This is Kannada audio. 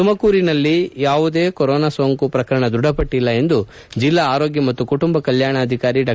ತುಮಕೂರಿನಲ್ಲಿ ಯಾವುದೇ ಕೊರೋನಾ ಸೋಂಕು ಪ್ರಕರಣ ದೃಢಪಟ್ಟಲ್ಲ ಎಂದು ಪಜಿಲ್ಲಾ ಆರೋಗ್ಯ ಮತ್ತು ಕುಟುಂಬ ಕಲ್ಯಾಣಾಧಿಕಾರಿ ಡಾ